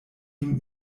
ihm